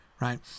right